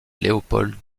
léopold